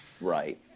Right